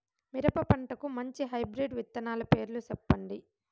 మిరప పంటకు మంచి హైబ్రిడ్ విత్తనాలు పేర్లు సెప్పండి?